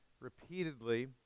repeatedly